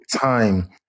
time